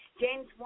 James